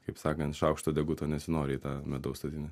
kaip sakant šaukšto deguto nesinori į tą medaus statinę